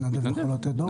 מתנדב יכול לתת דוח?